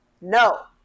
no